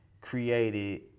created